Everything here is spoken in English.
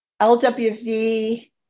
LWV